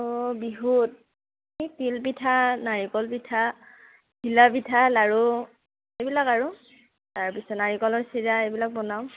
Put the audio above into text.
অঁ বিহুত তিলপিঠা নাৰিকল পিঠা ঘিলাপিঠা লাৰু এইবিলাক আৰু তাৰপিছত নাৰিকলৰ চিৰা এইবিলাক বনাওঁ